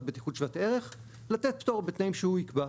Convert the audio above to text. בטיחות שוות ערך לתת פטור בתנאים שהוא יקבע.